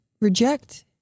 reject